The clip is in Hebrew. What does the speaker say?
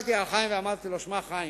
הסתכלתי על חיים ואמרתי לו: שמע, חיים,